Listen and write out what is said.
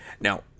Now